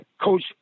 Coach